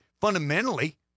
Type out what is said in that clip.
fundamentally